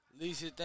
Lisa